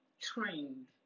trained